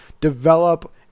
develop